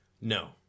No